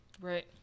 Right